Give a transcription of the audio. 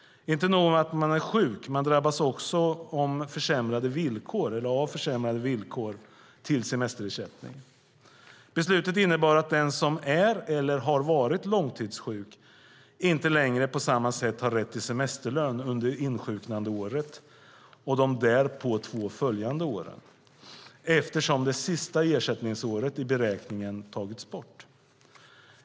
Inte nog med att de är sjuka, de drabbas också av försämrade villkor för semesterersättning. Beslutet innebar att den som är eller har varit långtidssjuk inte längre på samma sätt har rätt till semesterlön under insjuknandeåret och de därpå två följande åren eftersom det sista ersättningsåret i beräkningen har tagits bort.